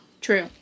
True